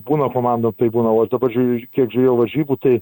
būna komandom taip būna o aš dabar žiūriu kiek žiūrėjau varžybų tai